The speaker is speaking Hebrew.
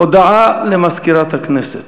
הודעה למזכירת הכנסת.